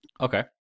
Okay